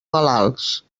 malalts